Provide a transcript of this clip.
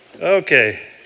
Okay